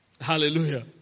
Hallelujah